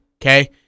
Okay